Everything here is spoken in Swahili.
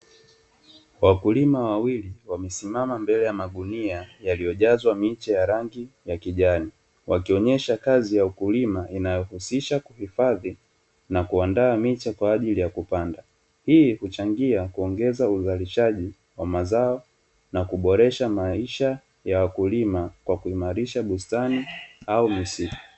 Wakulima wawili wamesimama mbele ya magunia yaliyojazwa miche ya rangi ya kijani, wakionyesha kazi ya ukulima inayohusisha kuhifadhi na kuandaa miche kwa ajili ya kupanda. Hii huchangia kuongeza uzalishaji wa mazao, na kuboresha maisha ya wakulima kwa kuimarisha bustani au misitu.